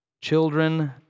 Children